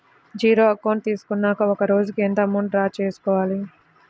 Zero account తీసుకున్నాక ఒక రోజుకి ఎంత అమౌంట్ డ్రా చేసుకోవాలి?